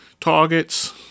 targets